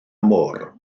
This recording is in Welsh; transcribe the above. môr